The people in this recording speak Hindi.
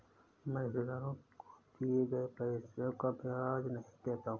मैं रिश्तेदारों को दिए गए पैसे का ब्याज नहीं लेता